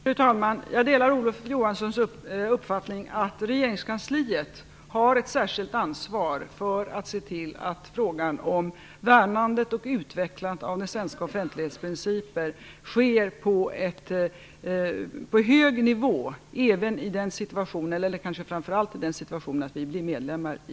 Fru talman! Jag delar Olof Johanssons uppfattning att Regeringskansliet har ett särskilt ansvar för att se till att frågan om värnandet och utvecklandet av den svenska offentlighetsprincipen sker på hög nivå - framför allt i den situationen att vi blir medlemmar i